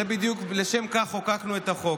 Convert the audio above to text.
בדיוק לשם כך חוקקנו את החוק.